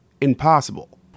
impossible